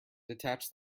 detach